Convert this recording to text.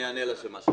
אני אענה על מה ששאלת.